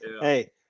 Hey